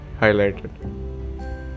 highlighted